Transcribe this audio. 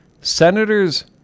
Senators